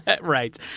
Right